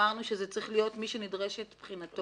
אמרנו שזה צריך להיות "מי שנדרשת בחינתו".